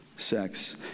sex